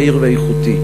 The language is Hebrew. מהיר ואיכותי,